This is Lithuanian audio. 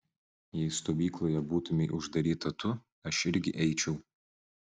jei stovykloje būtumei uždaryta tu aš irgi eičiau